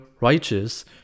Righteous